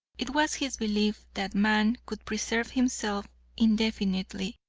it was his belief that man could preserve himself indefinitely,